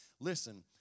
Listen